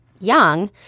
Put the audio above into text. young